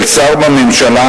של שר בממשלה,